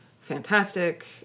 fantastic